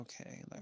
okay